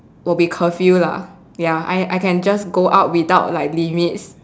will be curfew lah ya I I can just go out without like limits